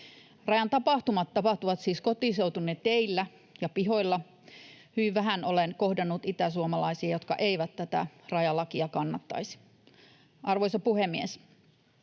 Rajan tapahtumat tapahtuvat siis kotiseutuni teillä ja pihoilla, ja hyvin vähän olen kohdannut itäsuomalaisia, jotka eivät tätä rajalakia kannattaisi. Arvoisa puhemies!